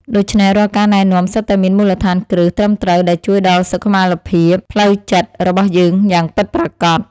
ដូច្នេះរាល់ការណែនាំសុទ្ធតែមានមូលដ្ឋានគ្រឹះត្រឹមត្រូវដែលជួយដល់សុខុមាលភាពផ្លូវចិត្តរបស់យើងយ៉ាងពិតប្រាកដ។